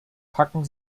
packen